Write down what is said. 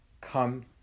come